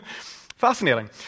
Fascinating